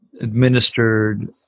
administered